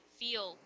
feel